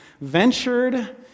ventured